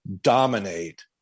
dominate